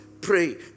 pray